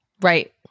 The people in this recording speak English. right